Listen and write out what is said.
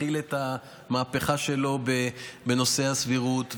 התחיל את המהפכה שלו בנושא הסבירות,